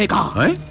like eye